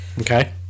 okay